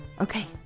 Okay